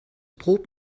brot